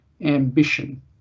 ambition